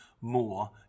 more